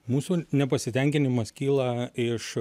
mūsų nepasitenkinimas kyla iš